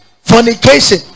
fornication